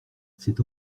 cet